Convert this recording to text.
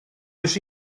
już